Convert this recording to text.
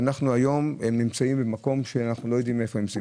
אנחנו היום נמצאים במקום שאנחנו לא יודעים היכן הם נמצאים.